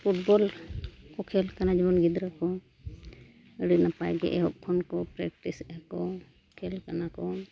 football ᱠᱚ ᱠᱷᱮᱞ ᱠᱟᱱᱟ ᱡᱮᱢᱚᱱ ᱜᱤᱫᱽᱨᱟᱹ ᱠᱚ ᱟᱹᱰᱤ ᱱᱟᱯᱟᱭᱜᱮ ᱮᱦᱚᱵ ᱠᱷᱚᱱ ᱠᱚ ᱯᱨᱮᱠᱴᱤᱥ ᱮᱫᱟᱠᱚ ᱠᱷᱮᱞ ᱠᱟᱱᱟ ᱠᱚ